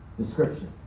descriptions